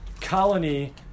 colony